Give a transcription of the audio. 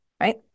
right